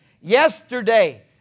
Yesterday